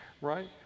right